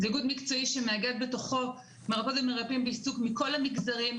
זהו איגוד מקצועי שמאגד בתוכו מרפאות ומרפאים בעיסוק מכל המגזרים,